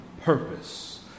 purpose